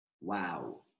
Wow